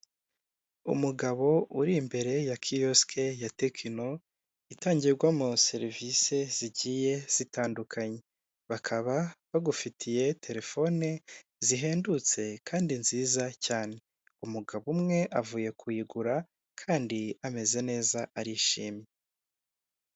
Umugabo uri imbere ya kiyosike ya tekino itangirwamo serivisi zigiye zitandukanye, bakaba bagufitiye telefone zihendutse kandi nziza cyane, umugabo umwe avuye kuyigura kandi ameze neza arishimye.